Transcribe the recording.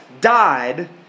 died